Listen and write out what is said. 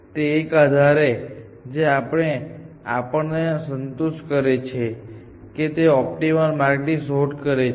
તે એક આધાર છે જે આપણને સંતુષ્ટ કરે છે કે તે ઓપ્ટિકલ માર્ગની શોધ કરે છે